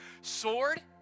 sword